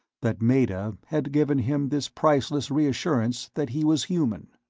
that meta had given him this priceless reassurance that he was human.